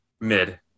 Mid